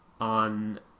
on